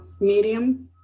medium